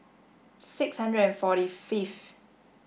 six hundred and forty fifth